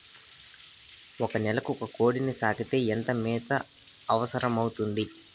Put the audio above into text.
ఒక నెలకు ఒక కోడిని సాకేకి ఎంత మేత అవసరమవుతుంది?